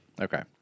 Okay